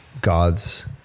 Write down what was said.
God's